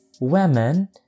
women